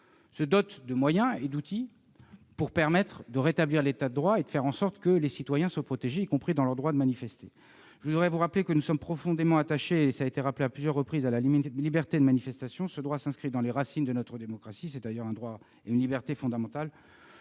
se dote de moyens et d'outils pour rétablir l'État de droit et protéger nos citoyens, y compris dans leur droit de manifester. Je vous rappelle que nous sommes profondément attachés- cela a été rappelé à plusieurs reprises -à la liberté de manifestation. Ce droit s'inscrit dans les racines de notre démocratie, c'est d'ailleurs un droit et une liberté fondamentale.